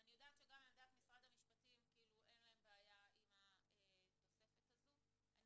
אני יודעת שגם למשרד המשפטים אין בעיה עם התוספת הזאת,